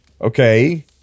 okay